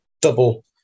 double